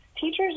teachers